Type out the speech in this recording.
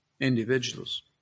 individuals